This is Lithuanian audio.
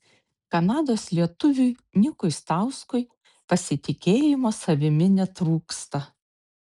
kanados lietuviui nikui stauskui pasitikėjimo savimi netrūksta